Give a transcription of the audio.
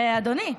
אדוני,